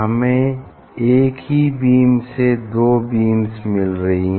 हमें एक ही बीम से दो बीम्स मिल रही हैं